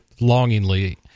longingly